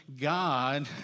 God